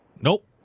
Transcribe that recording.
Nope